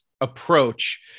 approach